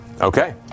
Okay